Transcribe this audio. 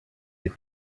les